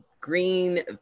green